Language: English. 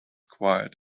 quiet